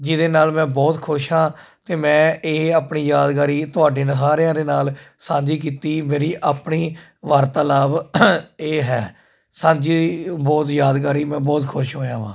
ਜਿਹਦੇ ਨਾਲ ਮੈਂ ਬਹੁਤ ਖੁਸ਼ ਹਾਂ ਕਿ ਮੈਂ ਇਹ ਆਪਣੀ ਯਾਦਗਾਰੀ ਤੁਹਾਡੇ ਸਾਰਿਆਂ ਦੇ ਨਾਲ ਸਾਂਝੀ ਕੀਤੀ ਮੇਰੀ ਆਪਣੀ ਵਾਰਤਾਲਾਪ ਇਹ ਹੈ ਸਾਂਝੀ ਬਹੁਤ ਯਾਦਗਾਰੀ ਮੈਂ ਬਹੁਤ ਖੁਸ਼ ਹੋਇਆ ਵਾਂ